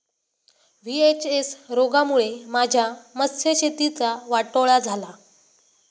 VHS रोगामुळे माझ्या मत्स्यशेतीचा वाटोळा झाला